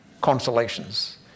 consolations